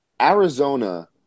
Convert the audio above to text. Arizona